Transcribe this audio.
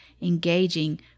engaging